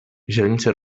źrenice